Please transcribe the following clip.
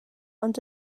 ond